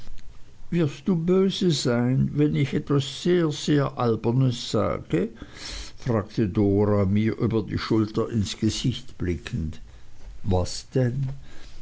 wirst du böse sein wenn ich etwas sehr sehr albernes sage fragte dora mir über die schulter ins gesicht blickend was denn